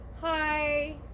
Hi